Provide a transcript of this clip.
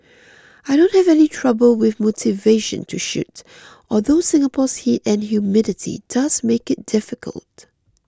I don't have any trouble with motivation to shoot although Singapore's heat and humidity does make it difficult